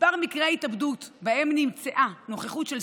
מספר מקרי התאבדות שבהם נמצאה נוכחות של